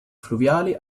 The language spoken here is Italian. fluviali